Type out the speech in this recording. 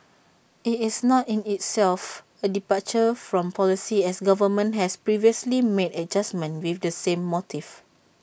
IT is not in itself A departure from policy as government has previously made adjustments with the same motive